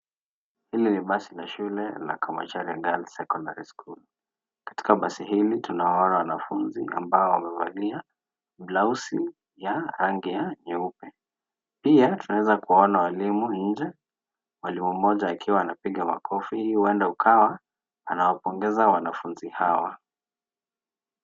Hili ni basi la shule la Kamacharia Girls secondary School, katika basi hili tunawaona wanafunzi ambao wamevalia blausi ya rangi ya nyeupe pia tunaweza kuwaona walimu nje , mwalimu mmoja akiwa anapiga makofi hii huenda ikawa anawapongeza wanafunzi hawa.